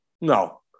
No